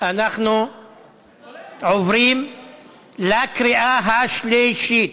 אנחנו עוברים לקריאה השלישית,